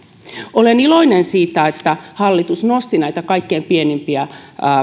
olen iloinen siitä että hallitus nosti näitä kaikkein pienimpiä